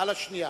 על השנייה.